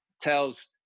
tells